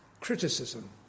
criticism